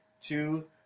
two